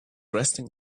resting